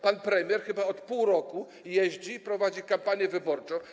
Pan premier chyba od pół roku jeździ i prowadzi kampanię wyborczą.